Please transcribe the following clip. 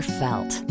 felt